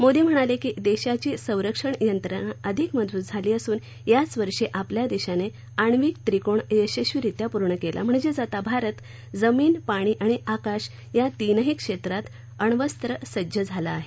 मोदी म्हणाले की देशाची संरक्षण यंत्रणा अधिक मजबूत झाली असून याच वर्षी आपल्या देशानं आणिवक त्रिकोन यशस्वीरीत्या पूर्ण केला म्हणजेच आता भारत जमीन पाणी आणि आकाश या तीनही क्षेत्रात अण्वस्त्रसज्ज झाला आहे